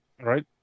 Right